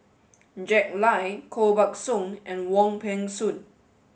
Jack Lai Koh Buck Song and Wong Peng Soon